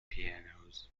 pianos